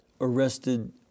arrested